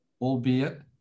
albeit